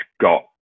got